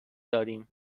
داریم